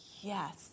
yes